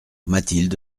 mathilde